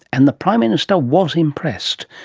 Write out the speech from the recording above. and the prime minister was impressed.